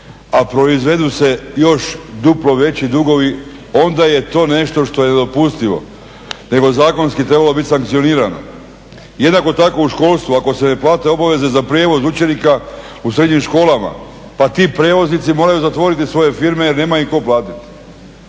a proizvedu se još duplo veći dugovi onda je to nešto što je nedopustivo nego bi zakonski trebalo biti sankcionirano. Jednako tako u školstvu, ako se ne plate obaveze za prijevoz učenika u srednjim školama pa ti prijevoznici moraju zatvoriti svoje firme jer im nema tko platiti,